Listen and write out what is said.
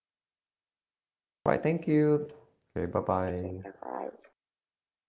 right thank you okay bye bye